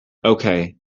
okay